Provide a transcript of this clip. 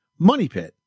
MONEYPIT